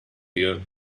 you